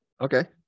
Okay